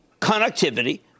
connectivity